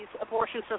abortion